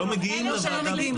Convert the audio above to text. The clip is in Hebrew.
אלא שלא מגיעים לוועדה בכלל.